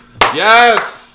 Yes